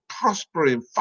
prospering